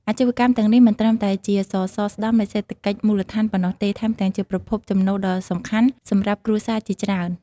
អាជីវកម្មទាំងនេះមិនត្រឹមតែជាសសរស្តម្ភនៃសេដ្ឋកិច្ចមូលដ្ឋានប៉ុណ្ណោះទេ ថែមទាំងជាប្រភពចំណូលដ៏សំខាន់សម្រាប់គ្រួសារជាច្រើន។